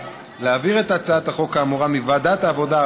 ולהעביר את הצעת החוק האמורה מוועדת העבודה,